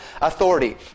authority